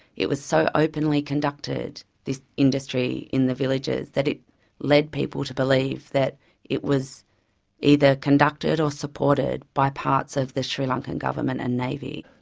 it was so openly conducted, this industry in the villages, that it led people to believe that it was either conducted or supported by parts of the sri lankan government and navy.